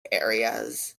areas